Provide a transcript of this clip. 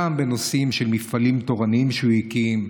גם בנושאים של מפעלים תורניים שהוא הקים,